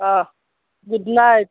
অঁ good night